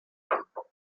tiempo